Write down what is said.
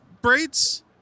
braids